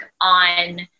on